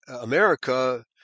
America